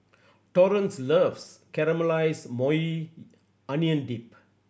Torrence loves Caramelized Maui Onion Dip